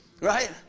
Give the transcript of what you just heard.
Right